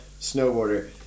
snowboarder